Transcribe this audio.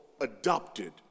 adopted